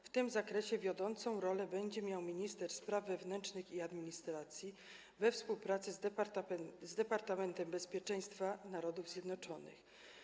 W tym zakresie wiodącą rolą będzie odgrywał minister spraw wewnętrznych i administracji we współpracy z Departamentem Bezpieczeństwa Narodów Zjednoczonych.